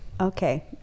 Okay